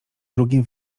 drugim